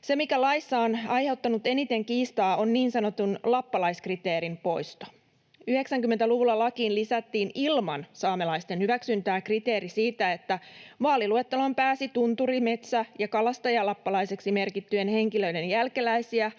Se, mikä laissa on aiheuttanut eniten kiistaa, on niin sanotun lappalaiskriteerin poisto. 90-luvulla lakiin lisättiin ilman saamelaisten hyväksyntää kriteeri siitä, että vaaliluetteloon pääsi tunturi-, metsä- ja kalastajalappalaisiksi merkittyjen henkilöiden jälkeläisiä